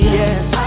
yes